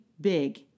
big